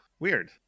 Weird